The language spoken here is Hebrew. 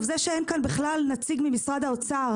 זה שאין כאן בכלל נציג ממשרד האוצר